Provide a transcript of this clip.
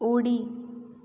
उडी